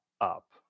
up